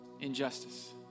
Injustice